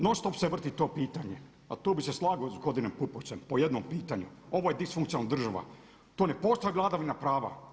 Non stop se vrti to pitanje, a to bi se slagao s gospodinom Pupovcem po jednom pitanju, ovo je disfunkcionalna država, tu ne postoji vladavina prava.